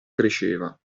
cresceva